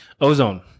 Ozone